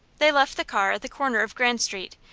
they left the car at the corner of grand street,